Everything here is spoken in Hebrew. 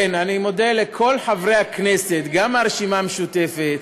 כן, אני מודה לכל חברי הכנסת, גם מהרשימה המשותפת